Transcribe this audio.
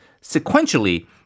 sequentially